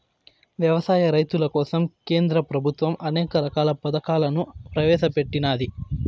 వ్యవసాయ రైతుల కోసం కేంద్ర ప్రభుత్వం అనేక రకాల పథకాలను ప్రవేశపెట్టినాది